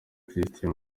christian